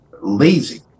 lazy